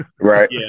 right